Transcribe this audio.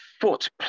foot